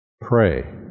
Pray